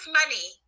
money